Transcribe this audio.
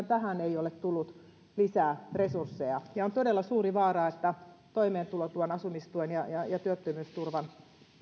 tähän ei ole tullut lisää resursseja on todella suuri vaara että toimeentulotuen asumistuen ja ja työttömyysturvan